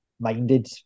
minded